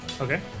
okay